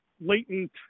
latent